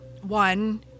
one